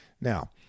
Now